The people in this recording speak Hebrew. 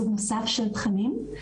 לסוג נוסף של תכנים,